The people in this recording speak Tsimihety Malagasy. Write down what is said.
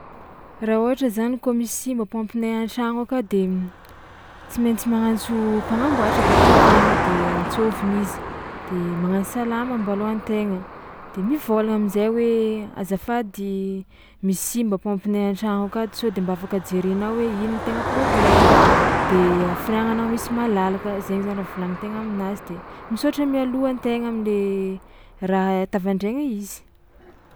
Raha ohatra zany kôa misy simba paompinay an-tragno aka de tsy maintsy manantso mpagnamboàtra bôka an-tegna de antsôvina izy de magnasa lamba mbalôha an-tegna de mivôlagna am'zay hoe: azafady, misy simba paompinay an-tragno akato sao de mba afaka jerenao hoe ino tegna problemo de hafiriagna anà misy malalaka, zainy zany raha volagnin-tegna aminazy de misaotra mialoha an-tegna am'le raha tavandraigna izy.